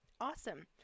awesome